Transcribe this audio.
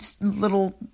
little